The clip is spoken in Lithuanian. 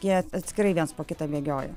jie atskirai viens po kito bėgioja